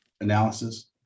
analysis